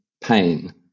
pain